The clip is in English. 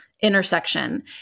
intersection